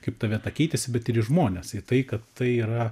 kaip ta vieta keitėsi bet ir į žmones į tai kad tai yra